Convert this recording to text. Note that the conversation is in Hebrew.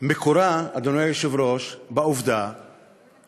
שמקורה בעובדה